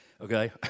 Okay